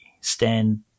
stand